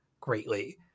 greatly